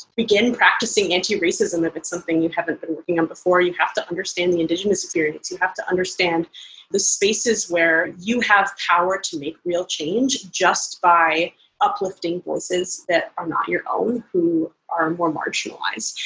begin practicing anti racism if it's something you haven't been working on before. you have to understand the indigenous experience. you have to understand the spaces where you have power to make real real change just by uplifting voices that are not your own, who are more marginalized.